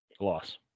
Loss